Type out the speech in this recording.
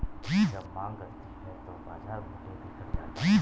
जब माँग घटती है तो बाजार मूल्य भी घट जाता है